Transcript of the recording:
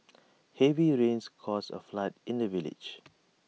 heavy rains caused A flood in the village